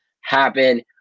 happen